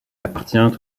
appartient